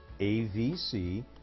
AVC